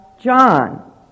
John